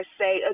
say